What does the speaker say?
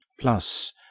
plus